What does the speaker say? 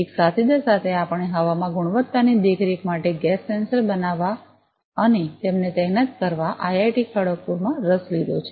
એક સાથીદાર સાથે આપણે હવામાં ગુણવત્તાની દેખરેખ માટે ગેસ સેન્સર બનાવવા અને તેમને તૈનાત કરવા આઈઆઈટી ખડગપુરમાં રસ લીધો છે